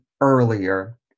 earlier